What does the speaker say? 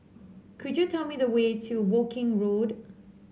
could you tell me the way to Woking Road